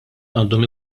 għandhom